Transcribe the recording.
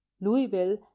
Louisville